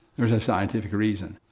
there's a scientific reason.